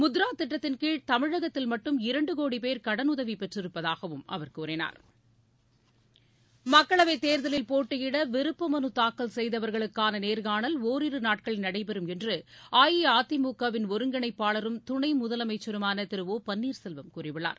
முத்ரா திட்டத்தின்கீழ் தமிழகத்தில் மட்டும் இரண்டு கோடி பேர் கடனுதவி பெற்றிருப்பதாகவும் அவர் கூறினார் மக்களவை தேர்தலில் போட்டியிட விருப்ப மனுத்தாக்கல் செய்தவர்களுக்கான நேர்காணல் ஒரிரு நாட்களில் நடைபெறும் என்று அஇஅதிமுகவின் ஒருங்கிணைப்பாளரும் துணை முதலமைச்சருமான திரு ஓ பன்னீர் செல்வம் கூறியுள்ளார்